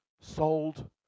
sold